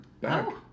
back